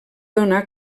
donar